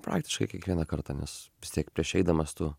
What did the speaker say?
praktiškai kiekvieną kartą nes vis tiek prieš eidamas tu